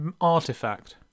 artifact